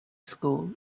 school